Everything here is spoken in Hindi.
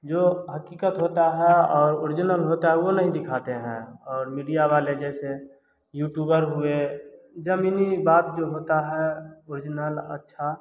जो हकीकत होता है और ऑरिजिनल होता है वो नहीं दिखाते हैं और मीडिया वाले जैसे यूटूबर हुए जमीनी बात जो होता है ओरिजनल अच्छा